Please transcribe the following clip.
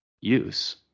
use